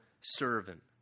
servant